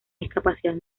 discapacidad